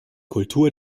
kultur